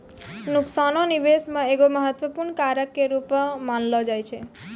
नुकसानो निबेश मे एगो महत्वपूर्ण कारक के रूपो मानलो जाय छै